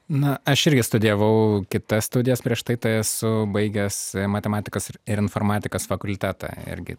na aš irgi studijavau kitas studijas prieš tai tai esu baigęs matematikos ir informatikos fakultetą irgi